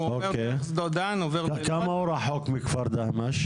הוא עובר בשדות דן --- כמה הוא רחוק מכפר דהמש?